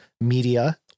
media